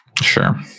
Sure